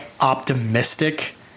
optimistic